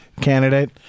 candidate